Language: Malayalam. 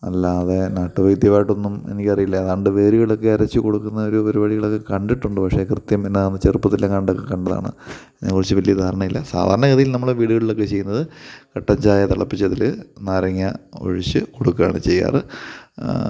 അല്ലാതെ നാട്ടുവൈദ്യവായിട്ടൊന്നും എനിക്കറിയില്ല ഏതാണ്ട് വേരുകളൊക്കെ അരച്ച് കൊടുക്കുന്ന ഒരു പരിപാടികളൊക്കെ കണ്ടിട്ടുണ്ട് പക്ഷേ കൃത്യം എന്നാന്ന് ചെറുപ്പത്തിലെങ്ങാണ്ടൊക്കെ കണ്ടതാണ് എന്ന് വെച്ചാൽ വലിയ ധാരണയില്ല സാധാരണ ഗതിയിൽ നമ്മളെ വീടുകളിലൊക്കെ ചെയ്യുന്നത് കട്ടൻ ചായ തിളപ്പിച്ചതിൽ നാരങ്ങ ഒഴിച്ച് കൊടുക്കാണ് ചെയ്യാറ്